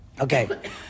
Okay